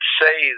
say